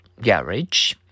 garage